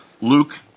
Luke